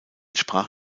sprach